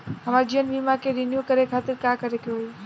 हमार जीवन बीमा के रिन्यू करे खातिर का करे के होई?